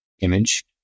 image